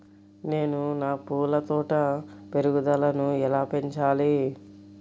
నేను నా పూల తోట పెరుగుదలను ఎలా పెంచాలి?